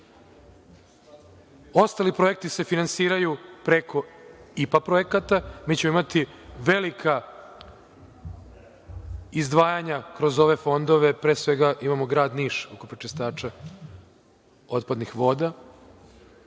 Ostali projekti se finansiraju preko IPA projekata, mi ćemo imati velika izdvajanja kroz ove fondove, pre svega, imamo grad Niš kao prečišćača otpadnih voda.